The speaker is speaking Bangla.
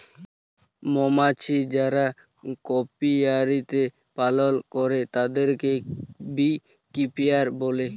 মমাছি যারা অপিয়ারীতে পালল করে তাদেরকে বী কিপার বলে